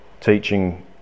teaching